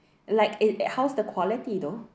like it how's the quality though